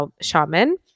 shaman